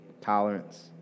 tolerance